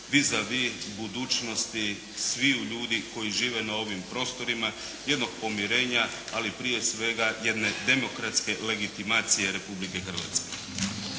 vis a vis budućnosti sviju ljudi koji žive na ovim prostorima, jednog pomirenja ali prije svega jedne demokratske legitimacije Republike Hrvatske.